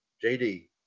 J-D